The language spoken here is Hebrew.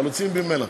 חמוצים בלי מלח.